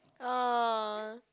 oh